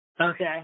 Okay